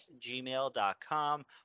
gmail.com